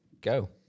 go